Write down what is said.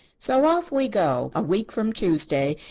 so off we go, a week from tuesday,